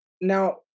Now